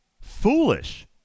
Foolish